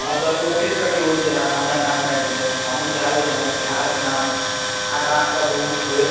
हँ सर कोशिश करिऔ जे अहाँ हमर नाम आबि जाइ हमहूँ चाहबै जे हमर बिहारके नाम आगाँ तक उँच होइ